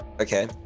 Okay